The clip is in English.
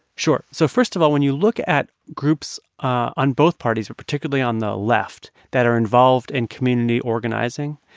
sure. so, first of all, when you look at groups on both parties or particularly on the left that are involved in community organizing,